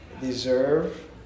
deserve